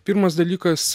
pirmas dalykas